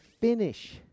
finish